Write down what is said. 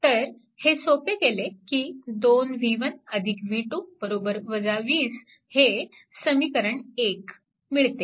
तर हे सोपे केले की 2 v1 v2 20 हे समीकरण 1 मिळते